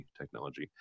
technology